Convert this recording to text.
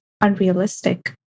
unrealistic